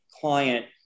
client